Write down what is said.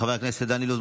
חבר הכנסת דן אילוז,